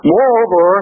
Moreover